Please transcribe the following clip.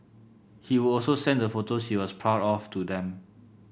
he would also send the photos he was proud of to them